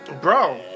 bro